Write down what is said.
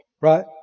Right